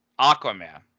Aquaman